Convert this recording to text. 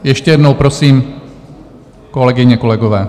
Ještě jednou prosím, kolegyně, kolegové.